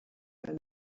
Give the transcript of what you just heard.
man